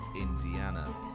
Indiana